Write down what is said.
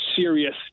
serious